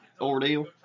ordeal